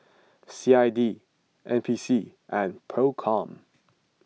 C I D N P C and Procom